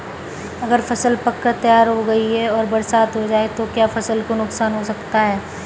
अगर फसल पक कर तैयार हो गई है और बरसात हो जाए तो क्या फसल को नुकसान हो सकता है?